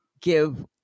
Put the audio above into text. give